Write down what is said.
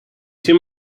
too